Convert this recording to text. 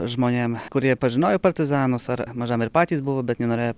žmonėm kurie pažinojo partizanus ar mažam ir patys buvo bet nenorėjo